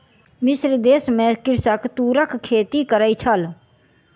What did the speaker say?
मिस्र देश में कृषक तूरक खेती करै छल